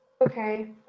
Okay